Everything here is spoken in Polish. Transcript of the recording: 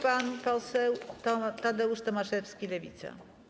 Pan poseł Tadeusz Tomaszewski, Lewica.